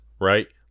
right